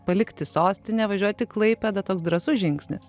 palikti sostinę važiuot į klaipėdą toks drąsus žingsnis